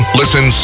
listen